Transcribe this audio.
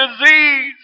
disease